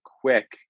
quick